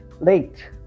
late